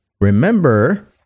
Remember